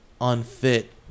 unfit